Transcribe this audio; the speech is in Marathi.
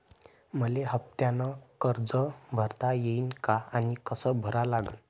मले हफ्त्यानं कर्ज भरता येईन का आनी कस भरा लागन?